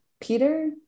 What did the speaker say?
Peter